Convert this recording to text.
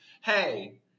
Hey